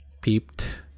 peeped